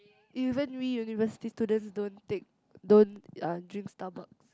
even we university students don't take don't uh drink Starbucks